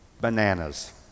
bananas